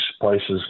places